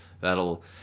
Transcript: that'll